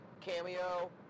cameo